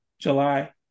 July